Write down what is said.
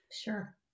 Sure